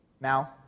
Now